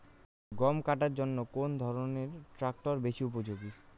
গম কাটার জন্য কোন ধরণের ট্রাক্টর বেশি উপযোগী?